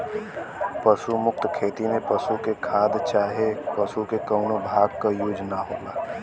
पशु मुक्त खेती में पशु के खाद चाहे पशु के कउनो भाग क यूज ना होला